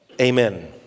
Amen